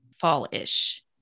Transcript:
fall-ish